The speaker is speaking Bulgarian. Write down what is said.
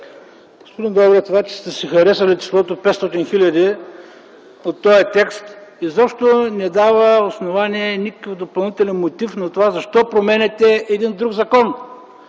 Господин Добрев, това, че сте си харесали числото 500 хиляди от този текст, изобщо не дава основание никакъв допълнителен мотив на това защо променяте един друг закон.